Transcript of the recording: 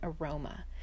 aroma